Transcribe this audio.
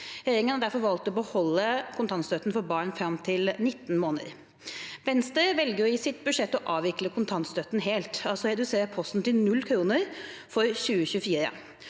Regjeringen har derfor valgt å beholde kontantstøtten for barn fram til de er 19 måneder. Venstre velger i sitt budsjett å avvikle kontantstøtten helt, altså å redusere posten til null kroner for 2024.